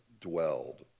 dwelled